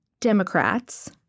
Democrats